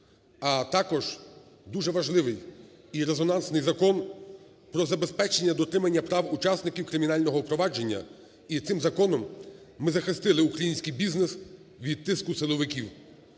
а також дуже важливий і резонансний Закон про забезпечення дотримання прав учасників кримінального провадження. І цим законом ми захистили український бізнес від тиску силовиків.